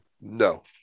No